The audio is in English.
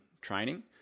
training